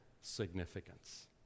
significance